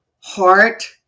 heart